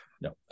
no